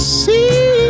see